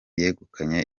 yegukanye